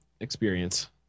experience